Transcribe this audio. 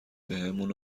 بهمون